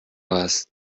was